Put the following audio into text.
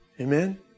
Amen